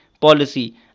policy